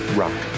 rock